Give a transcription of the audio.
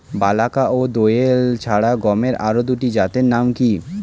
বলাকা ও দোয়েল ছাড়া গমের আরো দুটি জাতের নাম কি?